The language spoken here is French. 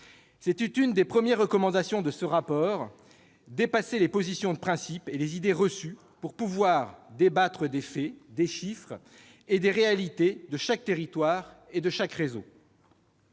de l'une de nos premières recommandations : dépasser les positions de principe et les idées reçues pour débattre des faits, des chiffres et des réalités de chaque territoire et de chaque réseau.